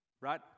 right